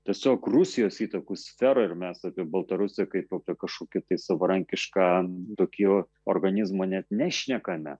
tiesiog rusijos įtakų sferoj ir mes apie baltarusiją kaip apie kažkokį tai savarankišką toį organizmą net nešnekame